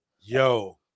Yo